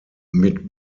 mit